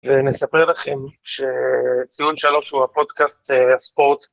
ונספר לכם שציון 3 הוא הפודקאסט הספורט.